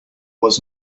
was